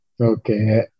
Okay